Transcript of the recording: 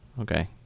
okay